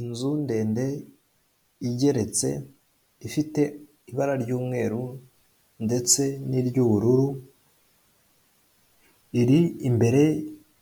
Inzu ndende igeretse ifite ibara ry'umweru ndetse n'iry'ubururu iri imbere